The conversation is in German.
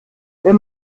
wenn